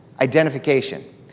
Identification